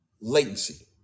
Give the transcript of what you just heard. latency